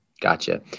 gotcha